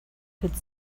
could